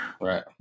Right